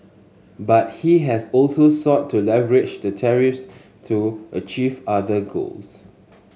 but he has also sought to leverage the tariffs to achieve other goals